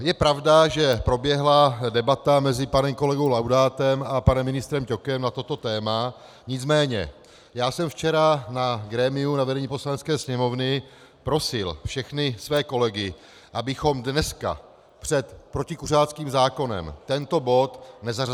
Je pravda, že proběhla debata mezi panem kolegou Laudátem a panem ministrem Ťokem na toto téma, nicméně já jsem včera na grémiu, na vedení Poslanecké sněmovny, prosil všechny své kolegy, abychom dneska před protikuřáckým zákonem tento bod nezařazovali.